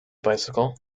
bicycle